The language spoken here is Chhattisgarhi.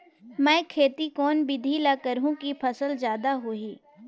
मै खेती कोन बिधी ल करहु कि फसल जादा होही